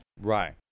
right